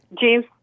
James